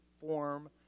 form